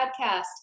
podcast